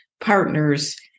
partners